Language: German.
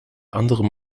anderem